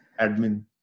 admin